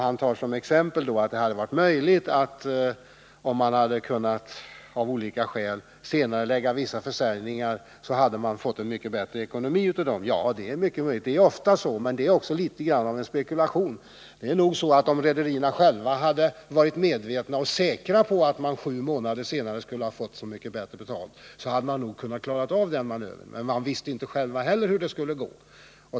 Han tog som exempel att man, om man hade kunnat senarelägga vissa försäljningar, hade fått en mycket bättre ekonomi. Det är möjligt. Det är ofta så, men det är också något av en spekulation. Om rederierna själva hade varit säkra på att man sju månader senare skulle ha fått så mycket bättre betalt, hade de nog kunnat klara av den manövern. Men de visste inte själva hur det skulle gå.